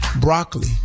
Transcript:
Broccoli